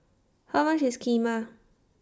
How much IS Kheema